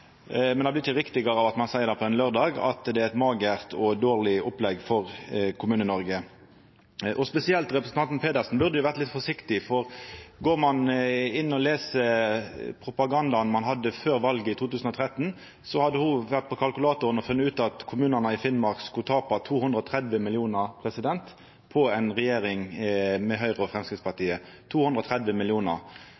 Men det blir ikkje riktigare av at ein seier på ein laurdag at det er eit magert og dårleg opplegg for Kommune-Noreg. Spesielt representanten Pedersen burde vore litt forsiktig, for går ein inn og les propagandaen ein hadde før valet i 2013, ser ein at ho hadde vore på kalkulatoren og funne ut at kommunane i Finnmark ville tapa 230 mill. kr med ei regjering av Høgre og